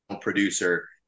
producer